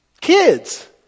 Kids